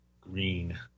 green